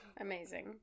Amazing